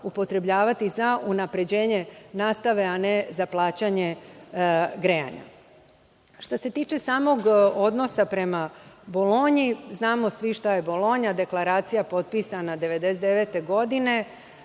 upotrebljavati za unapređenje nastave a ne za plaćanje grejanja. Što se tiče samog odnosa prema Bolonji, znamo svi šta je Bolonja, deklaracija potpisana 1999. godine,